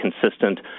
consistent